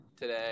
today